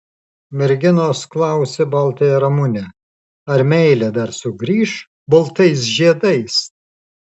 merginos klausė baltąją ramunę ar meilė dar sugrįš baltais žiedais